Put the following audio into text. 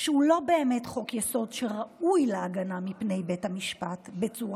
שהוא לא באמת חוק-יסוד שראוי להגנה מפני בית המשפט בצורה